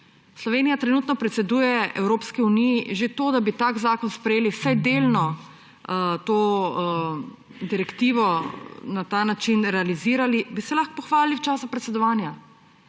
Slovenija trenutno predseduje Evropski uniji. Že s tem, da bi tak zakon sprejeli vsaj delno, to direktivo na ta način realizirali, bi se lahko pohvalili v času predsedovanja.